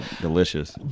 Delicious